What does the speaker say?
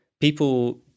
People